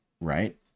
right